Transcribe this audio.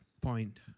point